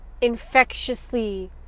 infectiously